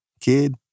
kid